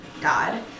God